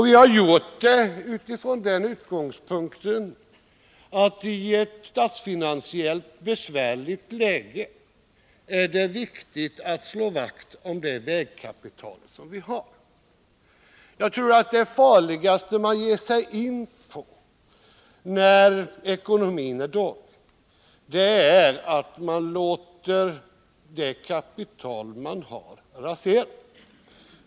Vi har gjort det från den utgångspunkten att det i ett statsfinansiellt besvärligt läge är viktigt att slå vakt om det vägkapital som vi har. Det farligaste man kan ge sig in på när ekonomin är dålig är att låta det kapital man har raseras.